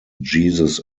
jesus